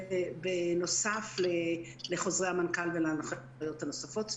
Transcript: בנוסף לחוזרי המנכ"ל ולהנחיות הנוספות,